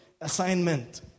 Assignment